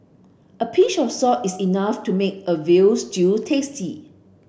a pinch of salt is enough to make a veal stew tasty